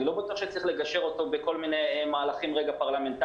אני לא בטוח שצריך לגשר אותו בכל מיני מהלכים פרלמנטריים,